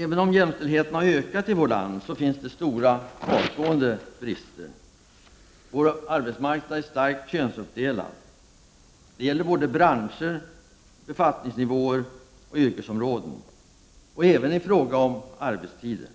Även om jämställdheten har ökat i vårt land finns det stora kvarstående brister. Vår arbetsmarknad är starkt könsuppdelad. Det gäller branscher, befattningsnivåer och yrkesområden samt även ifråga om arbetstider.